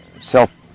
self